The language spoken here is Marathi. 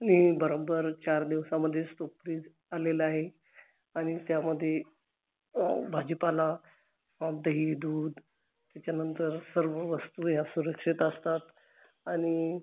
आणि बरोबर चार दिवसामध्येच तो फ्रिज आलेला आहे आणि त्यामध्ये भाजीपाला दही दूध त्याच्यानंतर सर्व वस्तू ह्या सुरक्षित असतात आणि